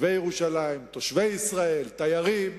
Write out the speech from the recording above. תושבי ירושלים, תושבי ישראל, תיירים,